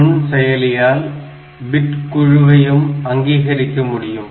நுண் செயலியால் பிட் குழுவையும் அங்கீகரிக்க முடியும்